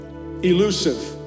elusive